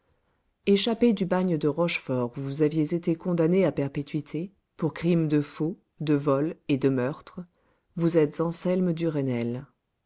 échappé du bagne de rochefort où vous aviez été condamné à perpétuité pour crime de faux de vol et de meurtre vous êtes